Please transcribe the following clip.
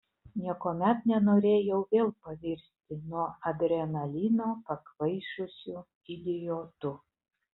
niekuomet nenorėjau vėl pavirsti nuo adrenalino pakvaišusiu idiotu